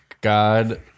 god